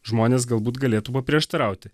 žmonės galbūt galėtų paprieštarauti